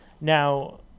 Now